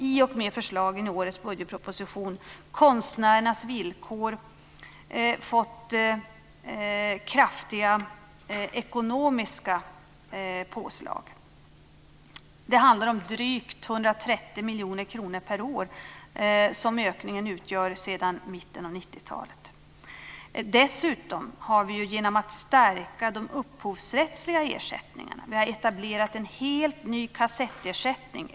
I och med förslagen i årets budgetproposition har vi gjort kraftiga påslag när det gäller konstnärernas ekonomiska villkor. Ökningen utgör drygt 230 miljoner kronor per år sedan mitten av 90-talet. Dessutom har vi genom att stärka de upphovsrättsliga ersättningarna etablerat en helt ny kassettersättning.